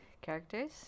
characters